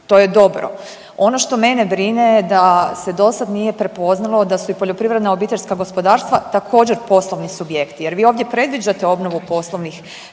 to je dobro. Ono što mene brine je da se dosad nije prepoznalo da su i poljoprivredna obiteljska gospodarstva također, poslovni subjekti jer vi ovdje predviđate obnovu poslovnih